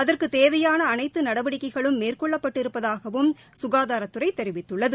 அதற்குத் தேவையான அனைத்து நடவடிக்கைகளும் மேற்கொள்ளப்பட்டிருப்பதாகவும் சுகாதாரத்துறை தெரிவித்துள்ளது